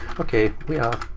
okay we are